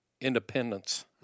independence